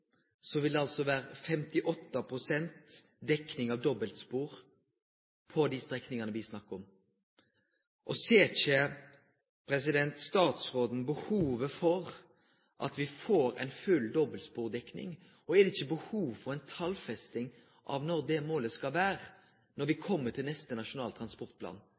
vil det vere 58 pst. dekning av dobbeltspor på dei strekningane me snakkar om. Ser ikkje statsråden behovet for at me får full dobbeltspordekning, og er det ikkje behov for ei talfesting av når det målet skal vere nådd, når me kjem til neste nasjonale transportplan?